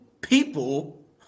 people